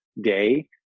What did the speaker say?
day